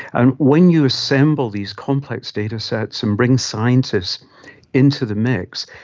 and when you assemble these complex datasets and bring scientists into the mix,